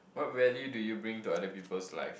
what value do you bring to other people's life